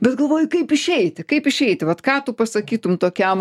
bet galvoju kaip išeiti kaip išeiti vat ką tu pasakytum tokiam